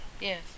Yes